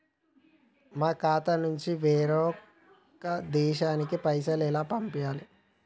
మా ఖాతా నుంచి వేరొక దేశానికి పైసలు ఎలా పంపియ్యాలి?